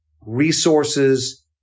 resources